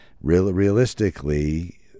Realistically